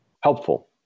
helpful